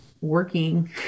working